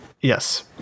Yes